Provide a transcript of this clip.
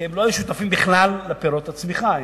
כי הם לא היו שותפים בכלל לפירות הצמיחה,